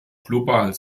global